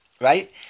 right